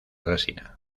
resina